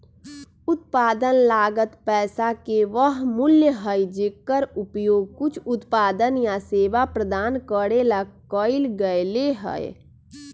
उत्पादन लागत पैसा के वह मूल्य हई जेकर उपयोग कुछ उत्पादन या सेवा प्रदान करे ला कइल गयले है